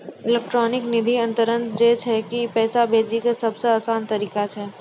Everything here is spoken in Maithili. इलेक्ट्रानिक निधि अन्तरन जे छै ई पैसा भेजै के सभ से असान तरिका छै